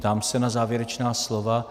Ptám se na závěrečná slova.